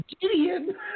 Gideon